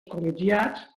col·legiats